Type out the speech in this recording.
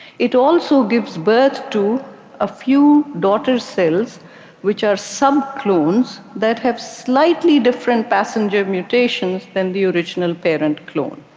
it also gives birth to a few daughter cells which are sub-clones that have slightly different passenger mutations than the original parent clone.